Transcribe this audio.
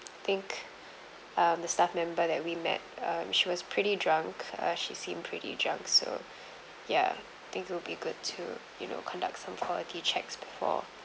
think um the staff member that we met um she was pretty drunk uh she seemed pretty drunk so ya think would be good to you know conduct some quality checks before